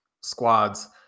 squads